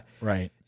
Right